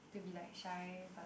to be like shy but